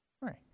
right